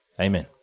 Amen